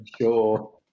sure